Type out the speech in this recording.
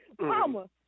Mama